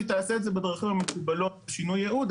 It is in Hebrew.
אז היא תעשה את זה בדרכים המקובלות לשינוי ייעוד,